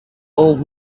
old